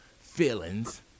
feelings